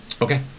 Okay